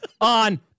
on